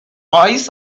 eyes